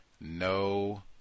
No